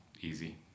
easy